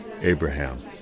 Abraham